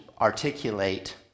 articulate